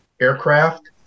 aircraft